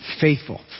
faithful